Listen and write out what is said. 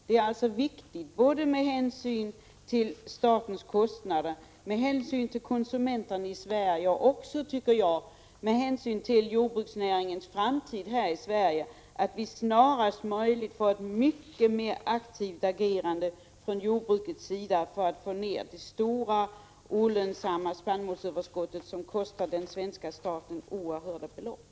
Det är alltså viktigt — med hänsyn till statens kostnader, till de svenska konsumenterna och till den svenska jordbruksnäringens framtid — att vi snarast möjligt får ett mycket mer aktivt agerande från jordbrukets sida för att få ner det stora olönsamma spannmålsöverskottet, som kostar den svenska staten oerhörda belopp.